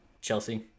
Chelsea